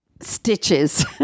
stitches